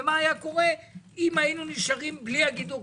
ומה היה קורה לו היינו נשארים בלי הגידור,